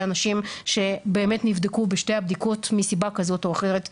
אנשים שבאמת נבדקו בשתי הבדיקות מסיבה כזאת או אחרת במקביל,